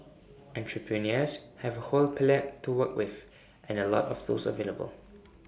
entrepreneurs have whole palette to work with and A lot of tools available